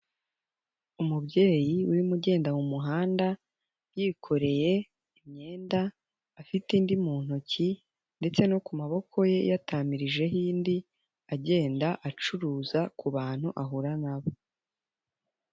Umubyeyi urimo ugenda mu muhanda yikoreye imyenda, afite indi mu ntoki ndetse no ku maboko ye yatamirijeho indi, agenda acuruza ku bantu ahura na bo.